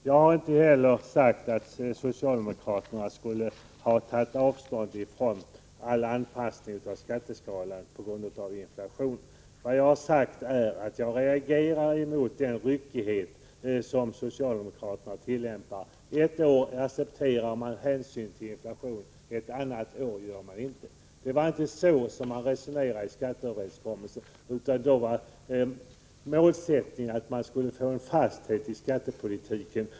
Jag har inte heller sagt att socialdemokraterna skulle ha tagit avstånd från all anpassning av skatteskalan med hänsyn till inflationen. Vad jag har sagt är att jag reagerar mot den ryckighet som socialdemokraterna tillämpar. Ett år accepterar man att hänsyn skall tas till inflationen, ett annat år inte. Det var inte så man resonerade i samband med skatteöverenskommelsen. Då var målsättningen den att få till stånd en fasthet i skattepolitiken.